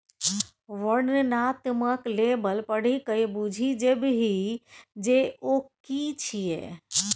वर्णनात्मक लेबल पढ़िकए बुझि जेबही जे ओ कि छियै?